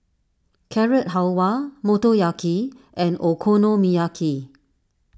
Carrot Halwa Motoyaki and Okonomiyaki